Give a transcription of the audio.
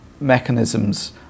mechanisms